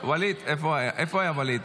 איפה ואליד?